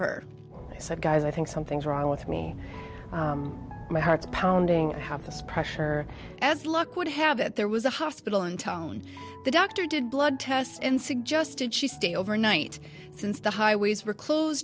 her i said guys i think something's wrong with me my heart pounding hapless pressure as luck would have it there was a hospital in town the dr did blood tests and suggested she stay overnight since the highways were closed